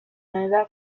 moneda